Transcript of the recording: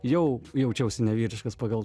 jau jaučiausi nevyriškas pagal